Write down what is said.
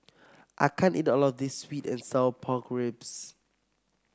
I can't eat all of this sweet and Sour Pork Ribs